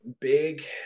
Big